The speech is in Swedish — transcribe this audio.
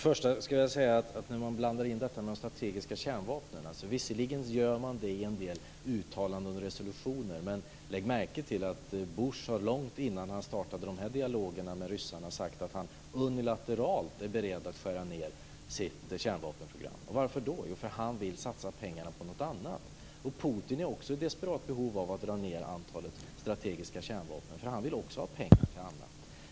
Fru talman! När man blandar in strategiska kärnvapen, visserligen gör man det i en del uttalanden om resolutioner, vill jag säga att lägg märke till att Bush långt innan han startade dialogerna med ryssarna sagt att han unilateralt är beredd att skära ned sitt kärnvapenprogram. Varför gör han det? Jo, han vill satsa pengarna på något annat. Putin är också i desperat behov av att dra ned antalet strategiska kärnvapen, för han vill också ha pengar till annat.